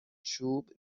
چوب